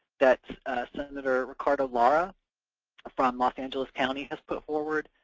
that senator ricardo lara from los angeles county has put forward,